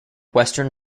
western